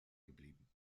geblieben